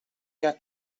jag